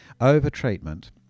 Over-treatment